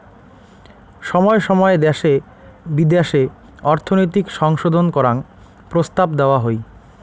সময় সময় দ্যাশে বিদ্যাশে অর্থনৈতিক সংশোধন করাং প্রস্তাব দেওয়া হই